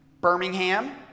Birmingham